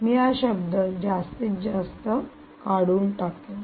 मी हा शब्द जास्तीत जास्त काढून टाकेल